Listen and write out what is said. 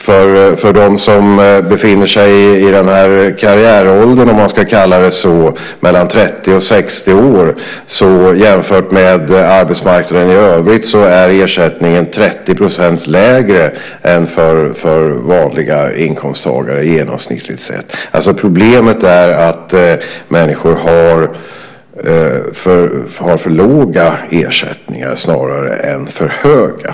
För dem som befinner sig i den så kallade karriäråldern mellan 30 och 60 år är ersättningen, jämfört med arbetsmarknaden i övrigt, 30 % lägre än för vanliga inkomsttagare genomsnittligt sett. Problemet är alltså att människor har för låga ersättningar snarare än för höga.